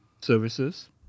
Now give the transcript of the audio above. services